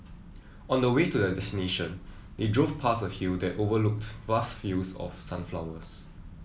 on the way to their destination they drove past a hill that overlooked vast fields of sunflowers